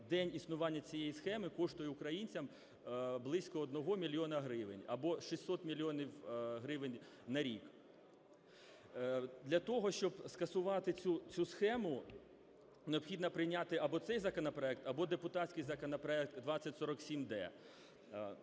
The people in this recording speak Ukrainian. день існування цієї схеми коштує українцям близько одного мільйона гривень або 600 мільйонів гривень на рік. Для того, щоб скасувати цю схему, необхідно прийняти або цей законопроект, або депутатський законопроект 2047-д.